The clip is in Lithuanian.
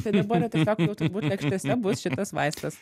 tai dabar jau tiesiog jau turbūt lėkštėse bus šitas vaistas